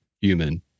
human